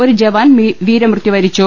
ഒരു ജവാൻ വീരമൃത്യു വരിച്ചു